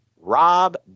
Rob